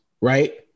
right